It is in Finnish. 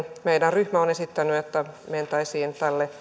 meidän ryhmämme on esittänyt että mentäisiin